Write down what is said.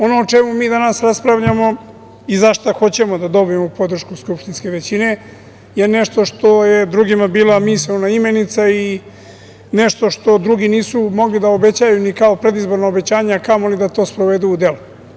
Ono o čemu mi danas raspravljamo i zašta hoćemo da dobijemo podršku skupštinske većine je nešto što je drugima bila misaona imenica i nešto što drugi nisu mogli da obećaju ni kao predizborno obećanje, a kamoli da to sprovedu u delo.